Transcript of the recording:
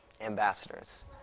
ambassadors